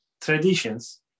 traditions